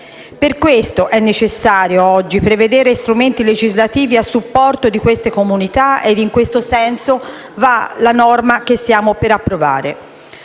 Per questo è necessario oggi prevedere strumenti legislativi a supporto di queste comunità e, in questo senso, va la norma che stiamo per approvare.